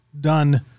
done